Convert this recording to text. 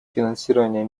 финансирование